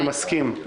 אני מסכים.